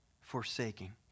forsaking